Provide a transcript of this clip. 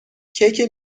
کیک